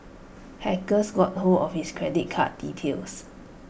hackers got hold of his credit card details